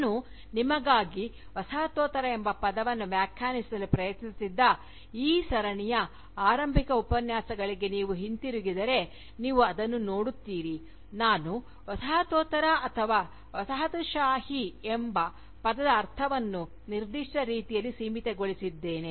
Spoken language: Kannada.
ನಾನು ನಿಮಗಾಗಿ ವಸಾಹತೋತ್ತರ ಎಂಬ ಪದವನ್ನು ವ್ಯಾಖ್ಯಾನಿಸಲು ಪ್ರಯತ್ನಿಸುತ್ತಿದ್ದ ಈ ಸರಣಿಯ ಆರಂಭಿಕ ಉಪನ್ಯಾಸಗಳಿಗೆ ನೀವು ಹಿಂತಿರುಗಿದರೆ ನೀವು ಅದನ್ನು ನೋಡುತ್ತೀರಿ ನಾನು ವಸಾಹತೋತ್ತರ ಅಥವಾ ವಸಾಹತುಶಾಹಿ ಎಂಬ ಪದದ ಅರ್ಥವನ್ನು ನಿರ್ದಿಷ್ಟ ರೀತಿಯಲ್ಲಿ ಸೀಮಿತಗೊಳಿಸಿದ್ದೇನೆ